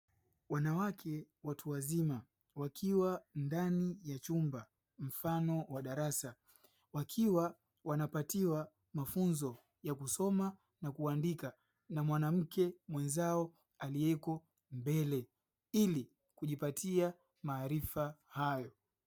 Wanawake watu wazima wakiwa ndani ya chumba mfano wa darasa, wakiwa wanapatiwa mafunzo ya kusoma na kuandika, na mwanamke mwenzao aliyeko mbele ili kujipatia maarifa hayo.